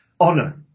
honor